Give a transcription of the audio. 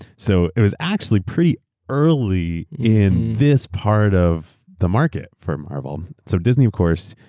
so it was actually pretty early in this part of the market for marvel. so disney, of course,